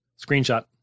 Screenshot